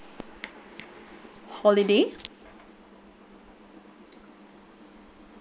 holiday